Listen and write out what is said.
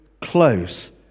close